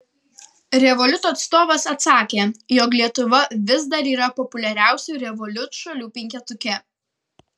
revolut atstovas atsakė jog lietuva vis dar yra populiariausių revolut šalių penketuke